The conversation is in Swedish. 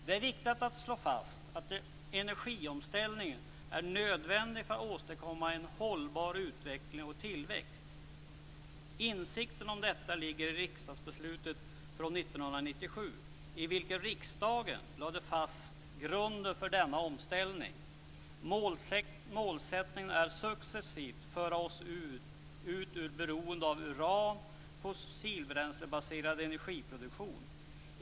Det är viktigt att slå fast att energiomställningen är nödvändig för att åstadkomma en hållbar utveckling och tillväxt. Insikten om detta ligger i riksdagsbeslutet från 1997, i vilken riksdagen lade fast grunden för denna omställning. Målsättningen är att successivt föra oss ut ur ett beroende av uran och fossilbränslebaserad energiproduktion.